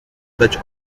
dać